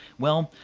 well,